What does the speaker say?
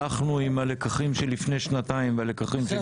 הלכנו עם הלקחים של לפני שנתיים והלקחים של